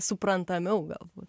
suprantamiau galbūt